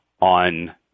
on